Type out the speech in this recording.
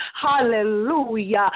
Hallelujah